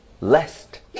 Lest